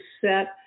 set